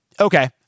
Okay